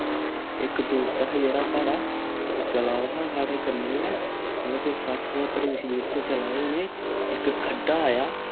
इक दोस्त हा जेह्ड़ा साढ़ा ओह् चला दा हा साढ़े कन्नै गै मतलब कोई सट्ठ सत्तर दी स्पीड च चला दे होने इक खड्डा आया